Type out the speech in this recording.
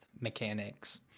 mechanics